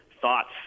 thoughts